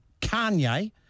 Kanye